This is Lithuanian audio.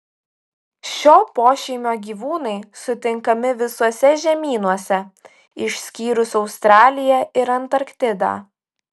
šio pošeimio gyvūnai sutinkami visuose žemynuose išskyrus australiją ir antarktidą